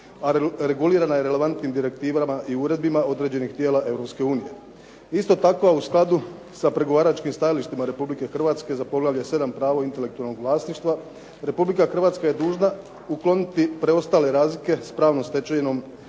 A regulirana je relevantnim direktivama i uredbama određenih tijela Europske unije. Isto tako, a u skladu sa pregovaračkim stajalištima Republike Hrvatske za poglavlje 7 – Pravo intelektualnog vlasništva, Republika Hrvatska je dužna ukloniti preostale razlike s pravnom stečevinom